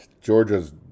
Georgia's